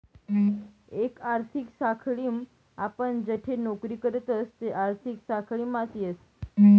एक आर्थिक साखळीम आपण जठे नौकरी करतस ते आर्थिक साखळीमाच येस